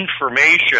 information